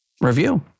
review